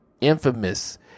infamous